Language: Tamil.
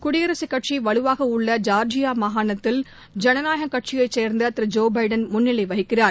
குடியரசு கட்சி வலுவாக உள்ள ஜார்ஜியா மாகாணத்தில் ஜனநாயக கட்சியை சேர்ந்த திரு ஜோ பைடன் முன்னிலை வகிக்கிறார்